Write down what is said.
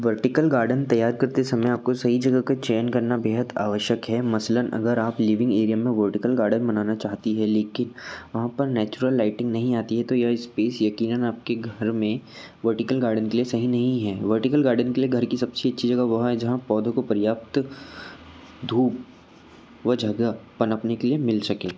vertical garden तैयार करते समय आपको सही जगह का चयन करना बेहद आवश्यक है मसलन अगर आप लिविंग एरिया में वर्टिकल गार्डन बनाना चाहती है लेकिन वहाँ पर नैचुरल लाइटिंग नहीं आती है तो यह इस्पेस यक़ीनन आपके घर में वर्टिकल गार्डन के लिए सही नहीं है वर्टिकल गार्डन के लिए घर की सब से अच्छी जगह वह है जहाँ पौधों को पर्याप्त धूप व जगह पनपने के लिए मिल सके